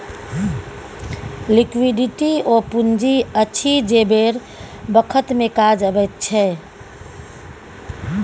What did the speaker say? liquidity ओ पुंजी अछि जे बेर बखत मे काज अबैत छै